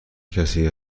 کسی